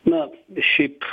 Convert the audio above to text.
na šiaip